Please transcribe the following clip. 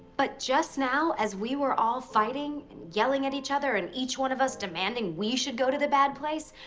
but just now, as we were all fighting, yelling at each other, and each one of us demanding we should go to the bad place,